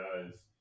guys